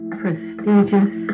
prestigious